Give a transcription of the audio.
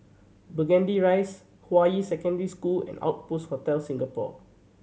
Burgundy Rise Hua Yi Secondary School and Outpost Hotel Singapore